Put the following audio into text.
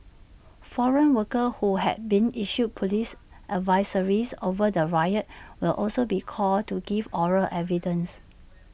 foreign workers who had been issued Police advisories over the riot will also be called to give oral evidence